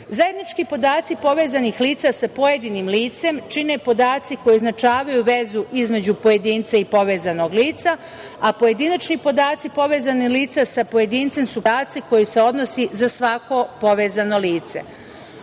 pomoć. Zajednički podaci povezanih lica sa povezanim licem čine podaci koji označavaju vezu između pojedinca i povezanog lica, a pojedinačni podaci povezanih lica sa pojedincem su podaci koji se odnose za svako povezano lice. Ovi